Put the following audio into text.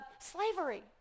slavery